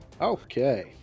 Okay